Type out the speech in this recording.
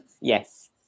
Yes